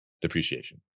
depreciation